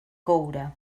coure